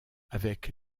avec